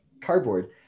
cardboard